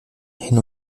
hin